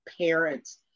parents